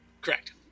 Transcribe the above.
Correct